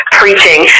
preaching